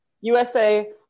USA